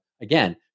again